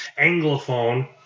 Anglophone